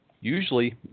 usually